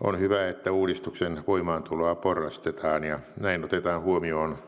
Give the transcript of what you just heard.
on hyvä että uudistuksen voimaantuloa porrastetaan ja näin otetaan huomioon